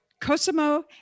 Cosimo